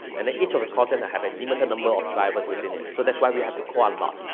and each of the call center have a limited number of drivers within it. so, that's why we have to call all about.